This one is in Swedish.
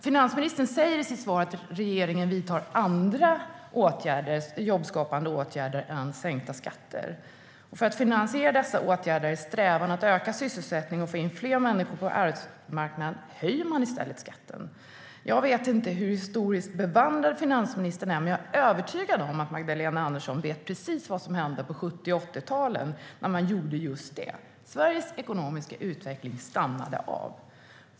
Finansministern säger i sitt svar att regeringen vidtar andra jobbskapande åtgärder än sänkta skatter. För att finansiera dessa åtgärder, strävan att öka sysselsättningen och att få in fler människor på arbetsmarknaden höjer man i stället skatten. Jag vet inte hur historiskt bevandrad finansministern är, men jag är övertygad om att Magdalena Andersson vet precis vad som hände på 70 och 80-talen, då man gjorde just detta. Sveriges ekonomiska utveckling stannade av.